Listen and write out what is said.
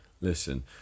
listen